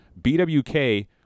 BWK